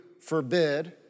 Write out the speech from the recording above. forbid